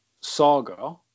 saga